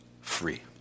free